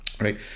Right